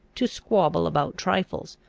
to squabble about trifles,